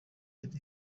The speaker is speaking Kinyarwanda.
yari